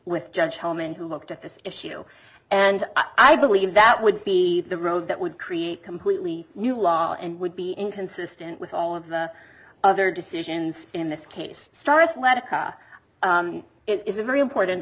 with judge hellmann who looked at this issue and i believe that would be the road that would create completely new law and would be inconsistent with all of the other decisions in this case starts led it is a very important